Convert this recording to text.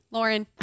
Lauren